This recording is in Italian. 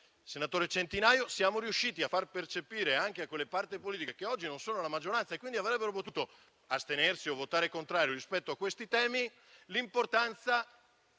senatore Centinaio - a far percepire, anche a quelle parti politiche che oggi non sono la maggioranza e che quindi avrebbero potuto astenersi o votare in modo contrario rispetto a questi temi, l'importanza